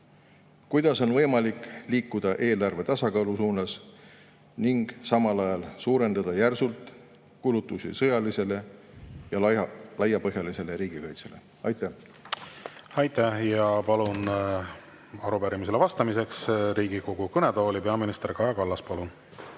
"Kuidas on võimalik liikuda eelarvetasakaalu suunas ning samal ajal suurendada järsult kulutusi sõjalisele ja laiapõhjalisele riigikaitsele?" Aitäh! Aitäh! Ja palun arupärimisele vastamiseks Riigikogu kõnetooli peaminister Kaja Kallase. Palun!